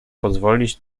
pozwolić